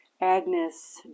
agnes